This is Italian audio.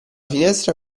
finestra